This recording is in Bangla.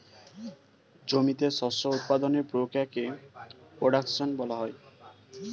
জমিতে শস্য উৎপাদনের প্রক্রিয়াকে প্রোডাকশন বলা হয়